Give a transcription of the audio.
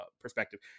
perspective